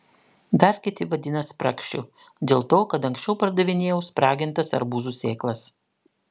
dar kiti vadina spragšiu dėl to kad anksčiau pardavinėjau spragintas arbūzų sėklas